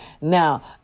Now